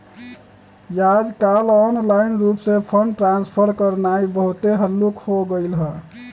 याजकाल ऑनलाइन रूप से फंड ट्रांसफर करनाइ बहुते हल्लुक् हो गेलइ ह